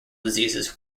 diseases